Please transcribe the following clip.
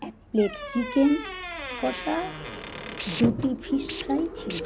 এক plate chicken কষা দুটি ফিশ ফ্রাই ছিল